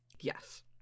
yes